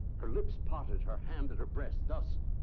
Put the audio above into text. her lips parted, her hand at her breast, thus!